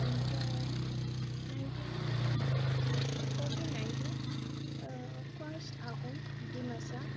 ओमफ्राय नाइन्टिन न' fourteen ninety first Ahom Dimasa